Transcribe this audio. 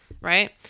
right